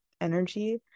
energy